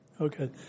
Okay